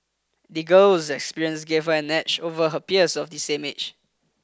the girl's experiences gave her an edge over her peers of the same age